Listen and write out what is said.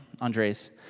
Andres